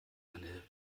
eine